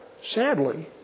Sadly